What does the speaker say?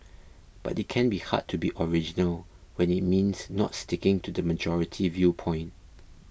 but it can be hard to be original when it means not sticking to the majority viewpoint